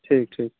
ठीक ठीक